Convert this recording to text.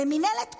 למינהלת תקומה,